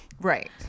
Right